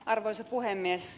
arvoisa puhemies